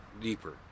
deeper